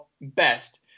best